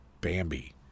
Bambi